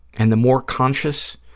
and the more conscious